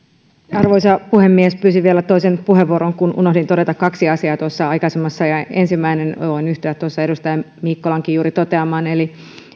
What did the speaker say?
arvoisa puhemies pyysin vielä toisen puheenvuoron kun unohdin todeta kaksi asiaa tuossa aikaisemmassa ensimmäinen voin yhtyä edustaja mikkolan tuossa juuri toteamaan eli